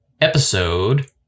episode